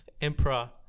Emperor